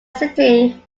sitting